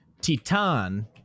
Titan